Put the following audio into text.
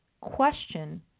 question